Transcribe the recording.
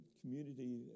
community